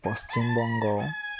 Paschimbanga